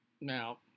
Now